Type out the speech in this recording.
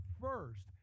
first